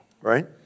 right